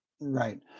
Right